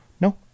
No